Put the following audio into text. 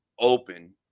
open